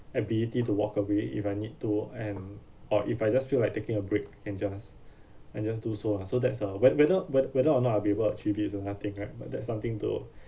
ability to walk away if I need to and or if I just feel like taking a break I can just I just do so ah so that's a whet~ whether whet~ whether or not I'll be able to achieve it it's nothing right but that's something to